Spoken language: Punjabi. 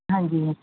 ਹਾਂਜੀ